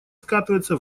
скатывается